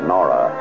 Nora